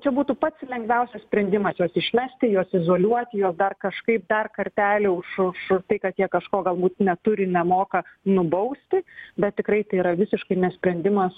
čia būtų pats lengviausias sprendimas juos išmesti juos izoliuoti juos dar kažkaip dar kartelį už už už tai kad jie kažko galbūt neturi nemoka nubausti bet tikrai tai yra visiškai nesprendimas